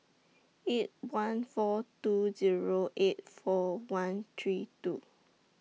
eight one four two Zero eight four one three two